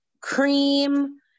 cream